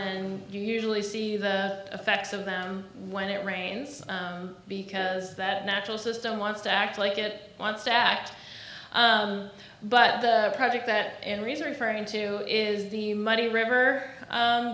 you usually see the effects of them when it rains because that natural system wants to act like it wants to act but the project that and reason referring to is the muddy river